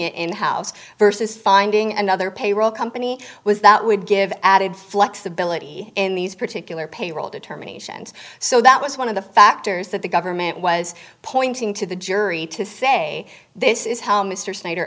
it in house versus finding another payroll company was that would give added flexibility in these particular payroll determinations so that was one of the factors that the government was pointing to the jury to say this is how mr snyder